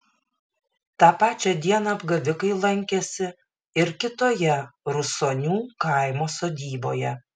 tą pačią dieną apgavikai lankėsi ir kitoje rusonių kaimo sodyboje